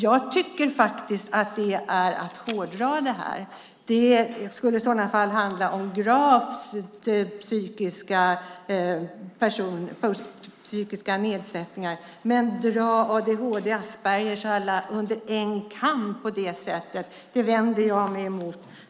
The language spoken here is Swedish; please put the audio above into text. Jag tycker faktiskt att det är att hårdra detta. Det skulle i så fall handla om personer med grav psykisk funktionsnedsättning. Men att man drar personer med adhd, Aspergers syndrom och så vidare över en kam på det sättet vänder jag mig mot.